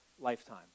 lifetime